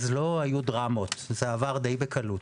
אז לא היו דרמות וזה עבר די בקלות.